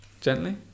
Gently